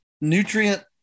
nutrient